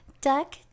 duck